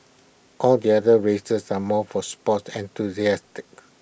all the other races are more for sports